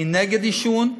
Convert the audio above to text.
אני נגד עישון,